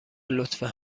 لطفا